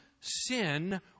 sin